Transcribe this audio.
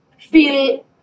feel